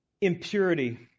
impurity